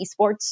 esports